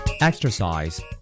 Exercise